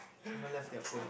someone left their phone